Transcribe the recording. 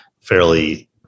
fairly